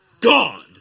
God